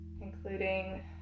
including